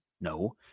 No